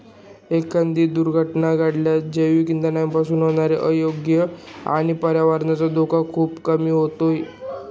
एखादी दुर्घटना घडल्यास जैवइंधनापासून होणारे आरोग्य आणि पर्यावरणीय धोके खूपच कमी होतील